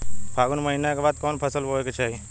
फागुन महीना के बाद कवन फसल बोए के चाही?